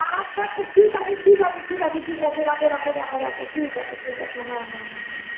আচ্ছা আচ্ছা ঠিক আছে ঠিক আছে ঠিক আছে ঠিক আছে রাখো রাখো রাখো রাখো ঠিক আছে ঠিক আছে হ্যাঁ হ্যাঁ হ্যাঁ হ্যাঁ হ্যাঁ